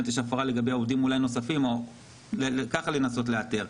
יש הפרה לגבי עובדים נוספים וכך לנסות לאתר.